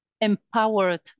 empowered